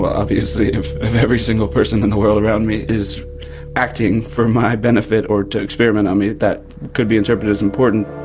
obviously if if every single person in the world around me is acting for my benefit or to experiment on me, that could be interpreted as important.